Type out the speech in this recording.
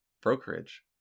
brokerage